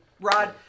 Rod